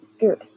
Good